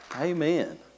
Amen